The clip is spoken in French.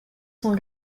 sont